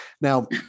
Now